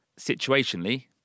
situationally